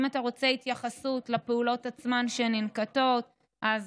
אם אתה רוצה התייחסות לפעולות שננקטות עצמן,